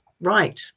right